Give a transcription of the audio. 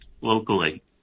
locally